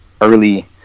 early